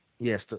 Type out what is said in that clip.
Yes